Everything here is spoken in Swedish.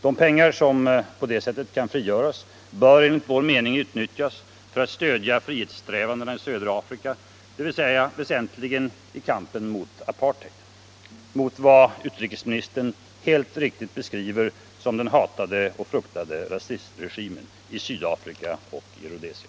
De pengar som på det sättet kan frigöras bör enligt vår mening utnyttjas för att stödja frihetssträvandena i södra Afrika, dvs. väsentligen i kampen mot apartheid — mot vad utrikesministern helt riktigt beskriver som ”den hatade och fruktade rasistregimen” — i Sydafrika och i Rhodesia.